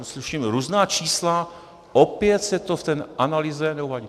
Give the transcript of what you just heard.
Uslyším různá čísla, opět se to v té analýze neuvádí.